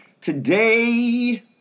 today